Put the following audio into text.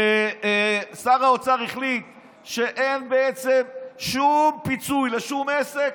שר האוצר החליט שאין פיצוי לשום עסק,